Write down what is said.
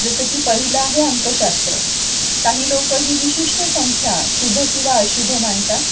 जसं की पहिलं आहे अंकशास्त्र काही लोक ही विशिष्ट संख्या शुभ किंवा अशुभ मानतात